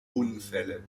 unfälle